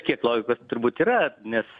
kiek logikos turbūt yra nes